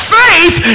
faith